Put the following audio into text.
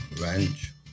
ranch